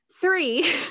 three